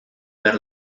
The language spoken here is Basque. behar